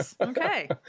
Okay